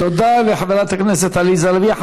תודה לחברת הכנסת עליזה לביא.